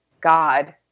God